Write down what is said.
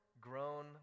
grown